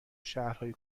شهرهای